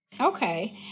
Okay